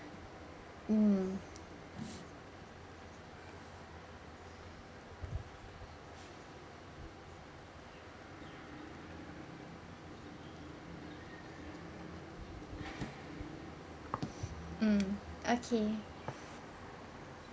mm mm okay